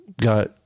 got